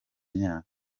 myaka